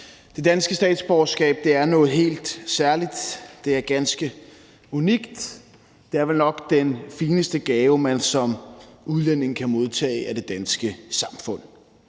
Det danske statsborgerskab er noget helt særligt. Det er ganske unikt, og det er vel nok den fineste gave, man som udlænding kan modtage af det danske samfund.